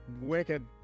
wicked